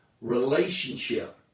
Relationship